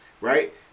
right